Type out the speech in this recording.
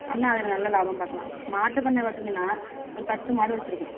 அப்படின்னா அதில் நல்ல லாபம் பார்க்கலாம் மாட்டு பண்ணை பார்த்திங்கனா ஒரு பத்து மாடு வச்சிருப்போம்